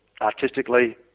Artistically